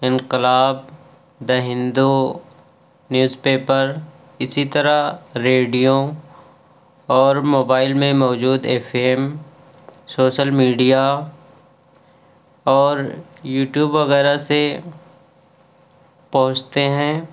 انقلاب the Hindu newspaper اسی طرح ریڈیو اور موبائل میں موجود ایف ایم سوشل میڈیا اور یو ٹیوب وغیرہ سے پہنچتے ہیں